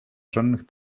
żadnych